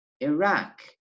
Iraq